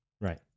Right